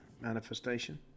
manifestation